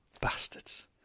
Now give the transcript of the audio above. bastards